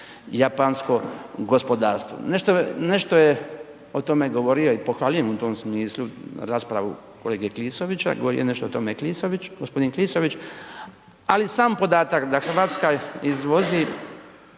japansko gospodarstvo. Nešto je o tome govorio i pohvaljujem u tom smislu raspravu kolege Klisovića, govorio je nešto o tome i Klisović, gospodin Klisović, ali sam podatak da Hrvatska izvozi